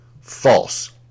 false